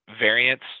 variance